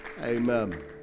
Amen